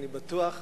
אינני בטוח,